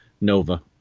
Nova